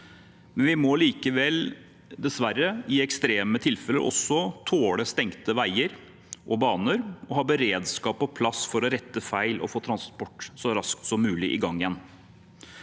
Vi må likevel dessverre i ekstreme tilfeller også tåle stengte veier og baner og ha beredskap på plass for å rette feil og få transport i gang igjen